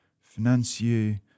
financier